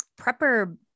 prepper